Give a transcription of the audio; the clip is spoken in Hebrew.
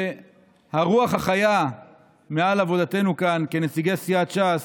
והרוח החיה מעל עבודתנו כאן, כנציגי סיעת ש"ס,